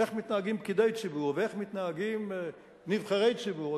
איך מתנהגים פקידי ציבור ואיך מתנהגים נבחרי ציבור.